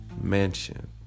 Mansion